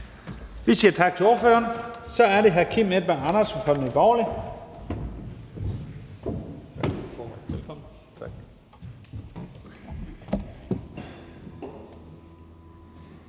Vi siger tak til ordføreren. Så er det hr. Kim Edberg Andersen fra Nye